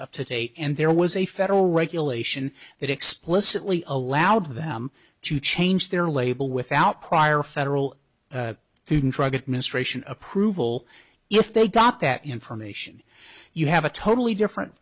up to date and there was a federal regulation that explicitly allowed them to change their label without prior federal food and drug administration approval if they got that information you have a totally different